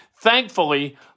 Thankfully